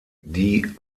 die